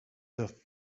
the